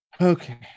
Okay